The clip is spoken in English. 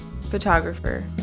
photographer